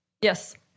Yes